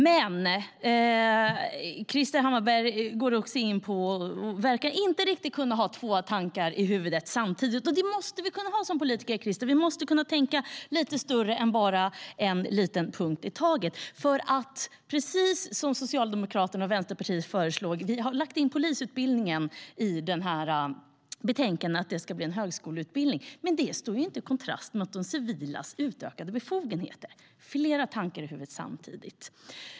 Men Krister Hammarbergh verkar inte riktigt kunna ha två tankar i huvudet samtidigt, och det måste vi kunna ha som politiker, Krister. Vi måste kunna tänka lite större än på bara en liten punkt i taget. Socialdemokraterna och Vänsterpartiet har lagt in i betänkandet att polisutbildningen ska bli en högskoleutbildning, men det står inte i kontrast mot de civilas utökade befogenheter. Det behövs flera tankar i huvudet samtidigt.